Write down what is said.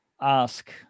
ask